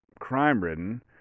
crime-ridden